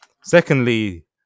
Secondly